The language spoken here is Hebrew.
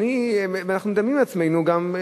ואנחנו מדמיינים לעצמנו גם,